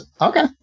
Okay